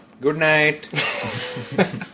Goodnight